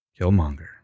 Killmonger